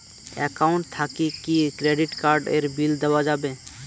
Account থাকি কি credit card এর বিল দেওয়া যাবে?